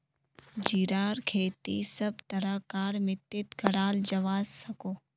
जीरार खेती सब तरह कार मित्तित कराल जवा सकोह